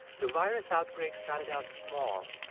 the virus outbreak started out small